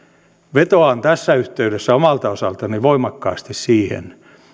vetoan tässä yhteydessä omalta osaltani voimakkaasti siihen että